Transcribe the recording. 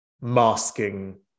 masking